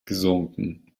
gesunken